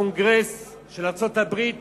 הקונגרס של ארצות-הברית